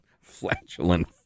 Flatulent